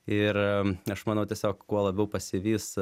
ir aš manau tiesiog kuo labiau pasivys